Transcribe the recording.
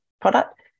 product